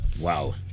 Wow